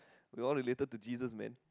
we're all related to Jesus man